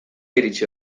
iritsi